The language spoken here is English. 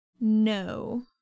No